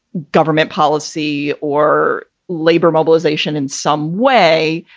government policy or labor mobilization in some way,